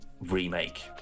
Remake